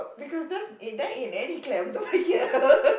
because that's that ain't in any clams over here